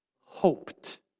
hoped